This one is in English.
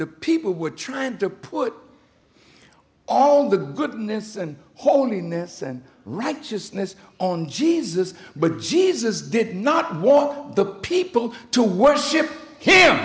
the people were trying to put all the goodness and holiness and righteousness on jesus but jesus did not want the people to worship him